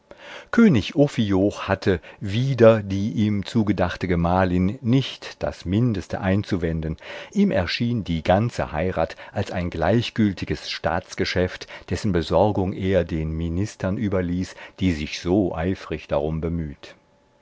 könig ophioch hatte wider die ihm zugedachte gemahlin nicht das mindeste einzuwenden ihm erschien die ganze heirat als ein gleichgültiges staatsgeschäft dessen besorgung er den ministern überließ die sich so eifrig darum bemüht